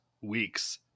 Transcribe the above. week's